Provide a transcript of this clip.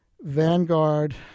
Vanguard